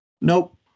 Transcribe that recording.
Nope